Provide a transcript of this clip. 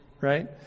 right